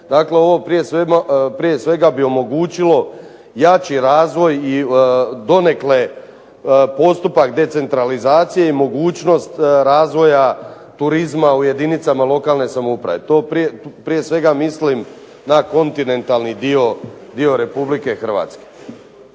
Dakle, ovo prije svega bi omogućilo jači razvoj i donekle postupak decentralizacije i mogućnost razvoja turizma u jedinicama lokalne samouprave. Tu prije svega mislim na kontinentalni dio Republike Hrvatske.